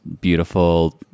beautiful